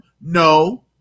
No